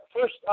First